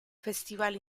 festival